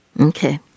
Okay